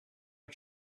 are